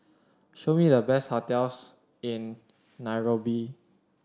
show me the best hotels in Nairobi